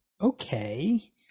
okay